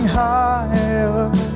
higher